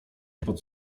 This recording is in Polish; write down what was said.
pod